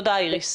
תודה איריס.